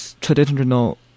traditional